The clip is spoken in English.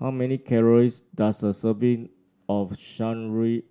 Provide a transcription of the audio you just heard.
how many calories does a serving of Shan Rui